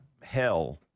hell